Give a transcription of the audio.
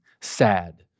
sad